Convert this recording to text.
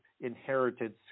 inherited